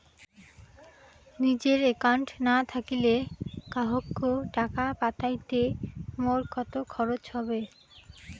নিজের একাউন্ট না থাকিলে কাহকো টাকা পাঠাইতে মোর কতো খরচা হবে?